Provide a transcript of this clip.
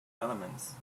elements